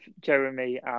Jeremy